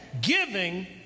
Giving